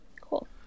Cool